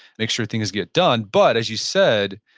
makes sure things get done, but as you said,